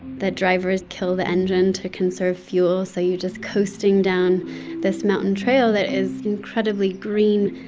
the drivers kill the engine to conserve fuel, so you're just coasting down this mountain trail that is incredibly green.